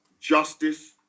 Justice